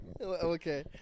Okay